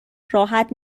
راحت